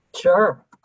Sure